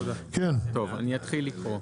אני אתחיל לקרוא.